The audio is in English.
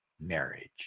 marriage